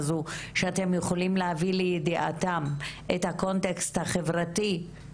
כי הרבה מהדיווח לא גורם לשום שינוי.